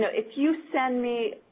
ah if you send me